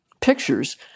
pictures